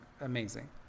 amazing